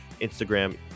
Instagram